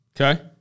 Okay